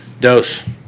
Dose